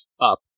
up